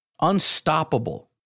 Unstoppable